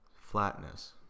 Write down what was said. flatness